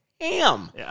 ham